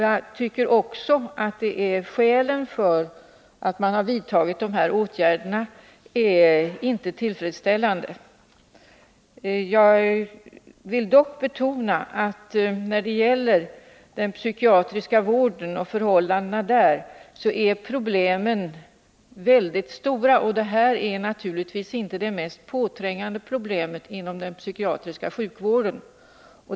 Jag tycker också att skälen för att man har tillämpat det här förfarandet inte är tillfredsställande. Jag vill dock betona att när det gäller den psykiatriska vården och förhållandena där så är problemen mycket stora, och det här är naturligtvis inte det mest påträngande problemet inom den psykiatriska sjukvården.